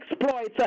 exploits